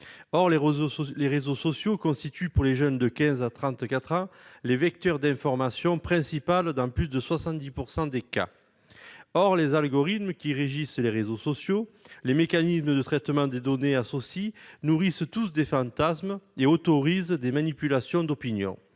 Or ces réseaux constituent pour les jeunes de 15 ans à 34 ans les vecteurs d'information principaux dans plus de 70 % des cas. Les algorithmes qui régissent les réseaux sociaux et les mécanismes de traitement des données associées nourrissent tous les fantasmes et autorisent des manipulations d'opinion.